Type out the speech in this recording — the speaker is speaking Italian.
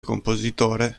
compositore